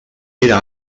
era